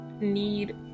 need